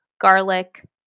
garlic